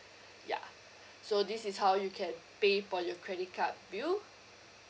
yeah so this is how you can pay for your credit card bill